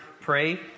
pray